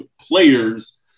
players